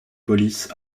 police